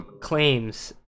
claims